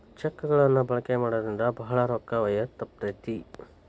check ಗಳನ್ನ ಬಳಕೆ ಮಾಡೋದ್ರಿಂದ ಭಾಳ ರೊಕ್ಕ ಒಯ್ಯೋದ ತಪ್ತತಿ